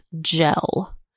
Gel